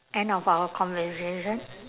end of our conversation